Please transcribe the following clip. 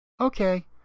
Okay